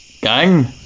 gang